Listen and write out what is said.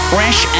Fresh